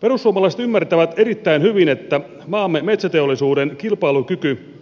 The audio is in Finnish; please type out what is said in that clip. perussuomalaiset ymmärtävät erittäin hyvin että maamme metsäteollisuuden kilpailukyky